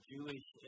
Jewish